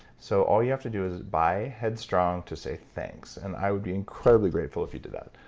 so all you have to do is buy head strong to say thanks, and i would be incredibly grateful if you did that.